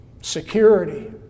Security